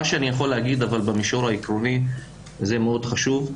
מה שאני יכול במישור העקרוני, זה מאוד חשוב,